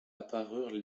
apparurent